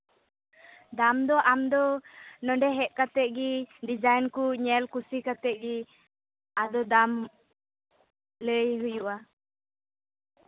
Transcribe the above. ᱫᱟᱢ ᱫᱚ ᱟᱢ ᱫᱚ ᱱᱚᱰᱮ ᱦᱮᱡ ᱠᱟᱛᱮᱫ ᱜᱮ ᱰᱤᱡᱟᱭᱤᱱ ᱠᱚ ᱧᱮᱞ ᱠᱩᱥᱤ ᱠᱟᱛᱮᱫ ᱜᱮ ᱟᱫᱚ ᱫᱟᱢ ᱞᱟᱹᱭ ᱦᱩᱭᱩᱜᱼᱟ